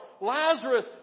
Lazarus